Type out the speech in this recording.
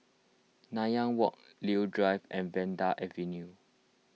Nanyang Walk Leo Drive and Vanda Avenue